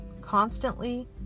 constantly